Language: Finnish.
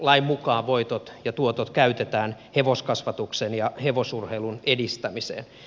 lain mukaan voitot ja tuotot käytetään hevoskasvatuksen ja hevosurheilun edistämiseen